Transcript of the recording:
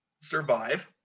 survive